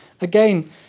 Again